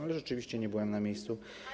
Ale rzeczywiście nie byłem na miejscu.